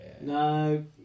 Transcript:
No